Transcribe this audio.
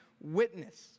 witness